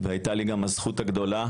והייתה לי גם הזכות הגדולה